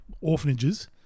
orphanages